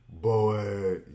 Boy